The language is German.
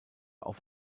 auf